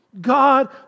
God